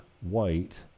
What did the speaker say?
white